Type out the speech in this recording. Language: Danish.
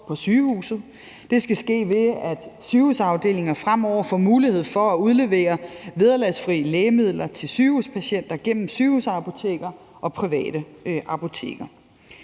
Det skal ske, ved at sygehusafdelinger fremover får mulighed for at udlevere vederlagsfri lægemidler til sygehuspatienter gennem sygehusapoteker og private apoteker.